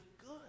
good